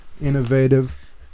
innovative